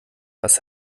was